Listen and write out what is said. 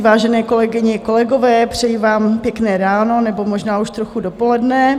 Vážené kolegyně, kolegové, přeji vám pěkné ráno nebo možná už trochu dopoledne.